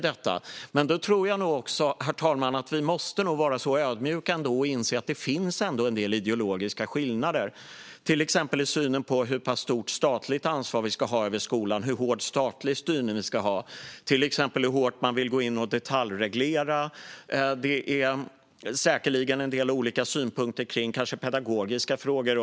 Vi måste nog ändå vara ödmjuka, herr talman, och inse att det finns en del ideologiska skillnader, till exempel i synen på hur stort det statliga ansvaret över skolan ska vara och hur hård statlig styrning vi ska ha. Det kan handla om hur hårt man vill detaljreglera. Det finns säkerligen också en del olika synpunkter om pedagogiska frågor.